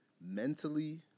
mentally